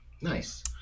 nice